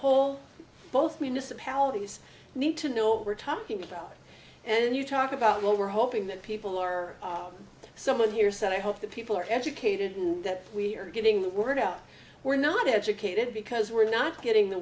whole both municipalities need to know what we're talking about and you talk about well we're hoping that people are someone here said i hope that people are educated and that we are getting the word out we're not educated because we're not getting the